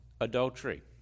adultery